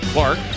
Clark